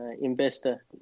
investor